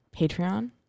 Patreon